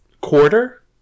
quarter